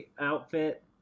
outfit